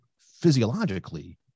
physiologically